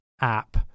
app